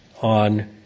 on